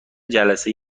جلسه